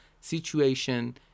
situation